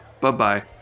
bye-bye